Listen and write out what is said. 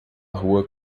rua